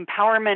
empowerment